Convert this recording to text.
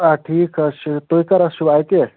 آ ٹھیٖک حظ چھُ تُہۍ کر حظ چھُو اَتہِ